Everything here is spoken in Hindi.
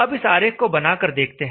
अब इस आरेख को बना कर देखते हैं